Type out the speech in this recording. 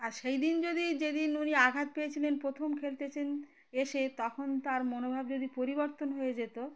আর সেই দিন যদি যেদিন উনি আঘাত পেয়েছিলেন প্রথম খেলছেন এসে তখন তার মনোভাব যদি পরিবর্তন হয়ে যেত